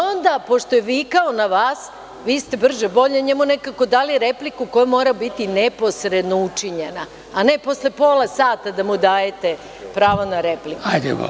Onda, pošto je vikao na vas, vi ste brže bolje njemu nekako dali repliku koja mora biti neposredno učinjena, a ne posle pola sata da mu dajete pravo na repliku.